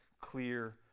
clear